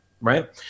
right